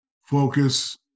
focus